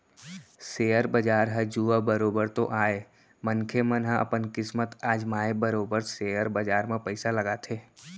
share बजार ह जुआ बरोबर तो आय मनखे मन ह अपन किस्मत अजमाय बरोबर सेयर बजार म पइसा लगाथे